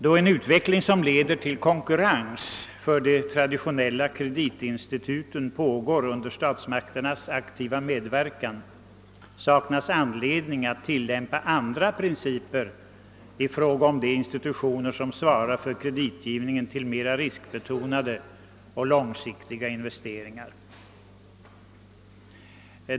Då en utveckling, som leder till konkurrens för de traditionella kreditinstituten, pågår under statsmakternas aktiva medverkan, saknas anledning att tillämpa andra principer i fråga om de institutioner som svarar för kreditgivningen till mera riskbetonade och långsiktiga investeringar.